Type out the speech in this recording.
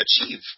achieve